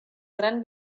gran